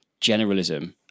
generalism